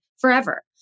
forever